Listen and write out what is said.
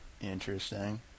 interesting